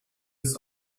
its